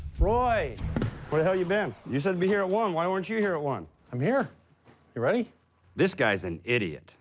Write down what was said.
roy where the hell you been you said to be here at one why weren't you you here at one i'm here you ready this guy's an idiot